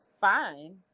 fine